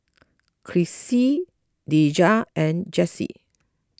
Crissie Deja and Jesse